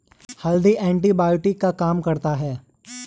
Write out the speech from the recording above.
हल्दी एंटीबायोटिक का काम करता है